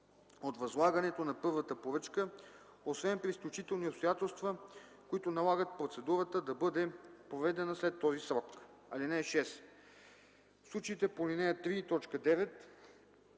от възлагането на първата поръчка, освен при изключителни обстоятелства, които налагат процедурата да бъде проведена след този срок. (6) В случаите по ал. 3,